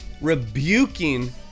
rebuking